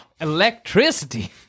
Electricity